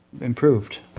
improved